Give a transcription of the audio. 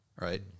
right